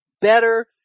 better